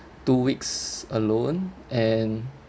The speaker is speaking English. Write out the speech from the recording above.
two weeks alone and